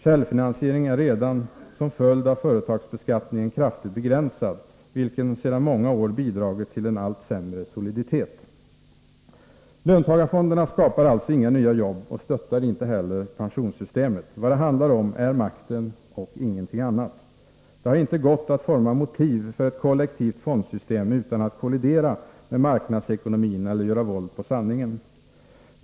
Självfinansieringen är redan som följd av företagsbeskattningen kraftigt begränsad, vilket sedan många år bidragit till en allt sämre soliditet. Löntagarfonderna skapar alltså inga nya jobb och stöttar inte heller pensionssystemet. Vad det handlar om är makten och ingenting annat. Det har inte gått att forma motiv för ett kollektivt fondsystem utan att kollidera med marknadsekonomin eller göra våld på sanningen.